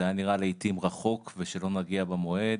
זה היה נראה לעיתים רחוק ושלא נגיע במועד,